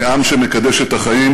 כעם שמקדש את החיים,